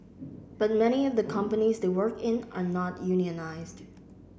but many of the companies they work in are not unionised